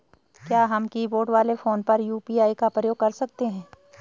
क्या हम कीबोर्ड वाले फोन पर यु.पी.आई का प्रयोग कर सकते हैं?